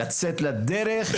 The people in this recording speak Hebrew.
לצאת לדרך,